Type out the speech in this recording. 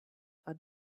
are